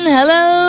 Hello